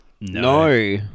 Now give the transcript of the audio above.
No